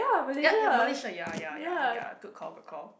ya ya Malaysia ya ya ya ya good call good call